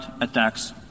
attacks